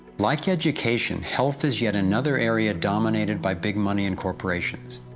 like education, health is yet another area dominated by big money and corporations.